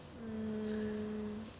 mmhmm